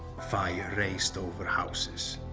fire raced over houses